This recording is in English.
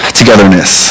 togetherness